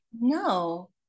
No